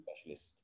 specialist